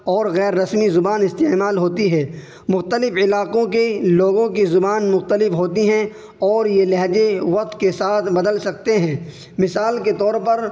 اور غیر رسمی زبان استعمال ہوتی ہے مختلف علاقوں کی لوگوں کی زبان مختلف ہوتی ہیں اور یہ لہجے وقت کے ساتھ بدل سکتے ہیں مثال کے طور پر